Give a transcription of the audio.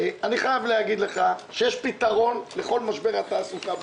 אני חייב להגיד לך שיש פתרון לכל משבר התעסוקה בנגב,